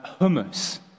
Hummus